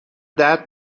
درد